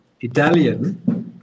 Italian